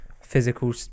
physical